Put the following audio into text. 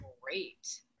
Great